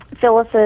Phyllis